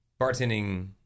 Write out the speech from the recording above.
bartending